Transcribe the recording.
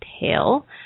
tail